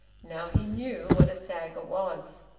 now he knew what a sagger was.